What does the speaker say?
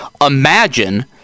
Imagine